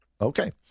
Okay